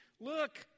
look